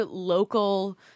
local